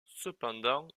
cependant